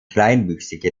kleinwüchsige